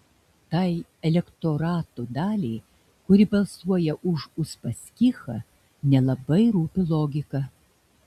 tai elektorato daliai kuri balsuoja už uspaskichą nelabai rūpi logika